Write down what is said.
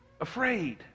afraid